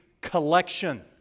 collection